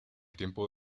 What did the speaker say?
tiempo